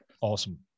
Awesome